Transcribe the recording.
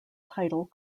title